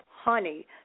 honey